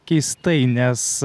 keistai nes